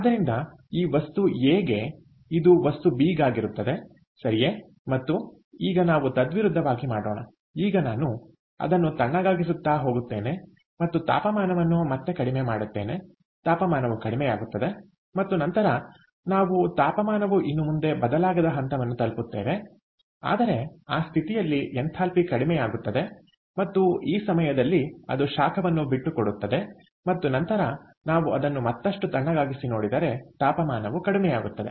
ಆದ್ದರಿಂದ ಇದು ವಸ್ತು ಎ ಗೆ ಇದು ವಸ್ತು ಬಿ ಗಾಗಿರುತ್ತದೆ ಸರಿಯೇ ಮತ್ತು ಈಗ ನಾವು ತದ್ವಿರುದ್ಧವಾಗಿ ಮಾಡೋಣ ಈಗ ನಾನು ಅದನ್ನು ತಣ್ಣಗಾಗಿಸುತ್ತ ಹೋಗುತ್ತೇನೆ ಮತ್ತು ತಾಪಮಾನವನ್ನು ಮತ್ತೆ ಕಡಿಮೆ ಮಾಡುತ್ತೇನೆ ತಾಪಮಾನವು ಕಡಿಮೆಯಾಗುತ್ತದೆ ಮತ್ತು ನಂತರ ನಾವು ತಾಪಮಾನವು ಇನ್ನು ಮುಂದೆ ಬದಲಾಗದ ಹಂತವನ್ನು ತಲುಪುತ್ತೇವೆ ಆದರೆ ಆ ಸ್ಥಿತಿಯಲ್ಲಿ ಎಂಥಾಲ್ಪಿ ಕಡಿಮೆಯಾಗುತ್ತದೆ ಮತ್ತು ಈ ಸಮಯದಲ್ಲಿ ಅದು ಶಾಖವನ್ನು ಬಿಟ್ಟುಕೊಡುತ್ತದೆ ಮತ್ತು ನಂತರ ನಾವು ಅದನ್ನು ಮತ್ತಷ್ಟು ತಣ್ಣಗಾಗಿಸಿ ನೋಡಿದರೆ ತಾಪಮಾನವು ಕಡಿಮೆಯಾಗುತ್ತದೆ